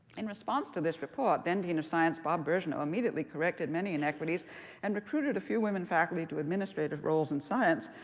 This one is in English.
in response to this report, then dean of science bob birgeneau immediately corrected many inequities and recruited a few women faculty to administrative roles in science.